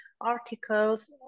articles